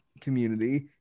community